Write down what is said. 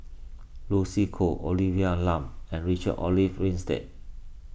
Lucy Koh Olivia Lum and Richard Olaf Winstedt